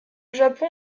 japon